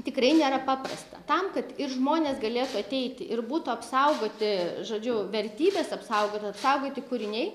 tikrai nėra paprasta tam kad ir žmonės galėtų ateiti ir būtų apsaugoti žodžiu vertybės apsaugotos apsaugoti kūriniai